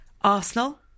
Arsenal